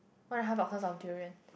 want to have a hurst of durian